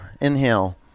Inhale